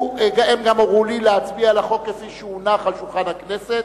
הם גם הורו לי להצביע על החוק כפי שהונח על שולחן הכנסת,